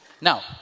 Now